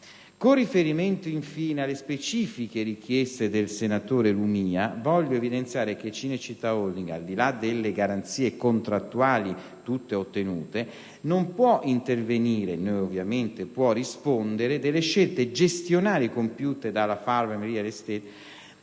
Con riferimento, infine, alle specifiche richieste del senatore Lumia, voglio evidenziare che Cinecittà Holding, al di là delle garanzie contrattuali, tutte ottenute, non può intervenire, né ovviamente può rispondere, delle scelte gestionali compiute dalla Farvem Real Estate